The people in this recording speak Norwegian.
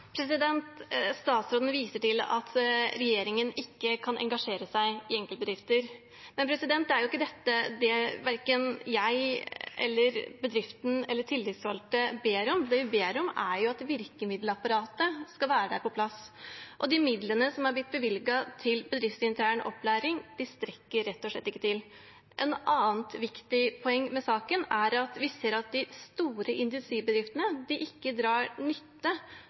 Statsråden viser til at regjeringen ikke kan engasjere seg i enkeltbedrifter, men det er jo ikke det verken jeg eller bedriften eller tillitsvalgte ber om. Det vi ber om, er at virkemiddelapparatet skal være på plass. De midlene som er blitt bevilget til bedriftsintern opplæring, strekker rett og slett ikke til. Et annet viktig poeng med saken er at vi ser at de store industribedriftene ikke drar nytte